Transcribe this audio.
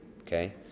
okay